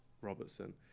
Robertson